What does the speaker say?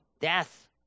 death